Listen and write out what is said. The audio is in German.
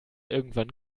irgendwann